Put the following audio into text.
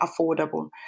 affordable